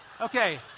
okay